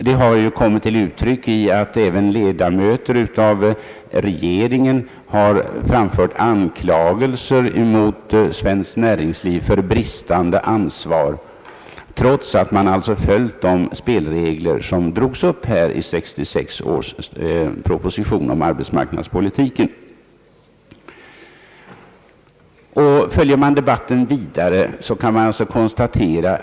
Det har kommit till uttryck genom att även ledamöter av regeringen har framfört anklagelser mot svenskt näringsliv för bristande ansvar, trots att de spelregler som drogs upp i en proposition år 1966 om arbetsmarknadspolitiken har följts.